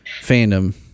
fandom